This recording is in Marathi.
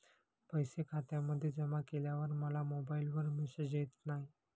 पैसे खात्यामध्ये जमा केल्यावर मला मोबाइलवर मेसेज येत नाही?